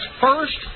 first